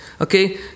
Okay